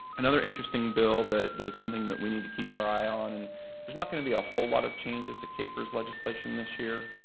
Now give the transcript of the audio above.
another interesting bill that that is something we need to keep our eye on there's not going to be a whole lot of changes to kpers legislation this year,